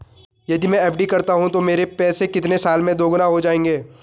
यदि मैं एफ.डी करता हूँ तो मेरे पैसे कितने साल में दोगुना हो जाएँगे?